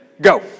Go